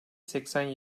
seksen